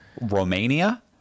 Romania